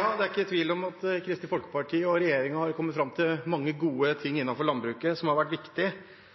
er ikke tvil om at Kristelig Folkeparti og regjeringen har kommet fram til mange gode ting innenfor landbruket, og som har vært